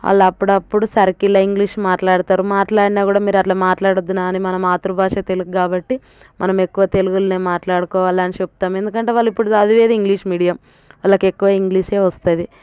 వాళ్ళప్పుడప్పుడు సర్కిల్లో ఇంగ్లీష్ మాట్లాడుతారు మాట్లాడినా కూడా మీరలా మాట్లాడొద్దు నాని మన మాతృభాష తెలుగు కాబట్టి మనం ఎక్కువ తెలుగులోనే మాట్లాడుకోవాలనని చెప్తాము ఎందుకంటే వాళ్ళు ఇప్పుడు చదివేది ఇంగ్లీష్ మీడియం వాళ్ళకెక్కువ ఇంగ్లీషే వస్తుంది